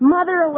Mother